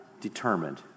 determined